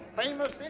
famous